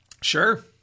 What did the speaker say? Sure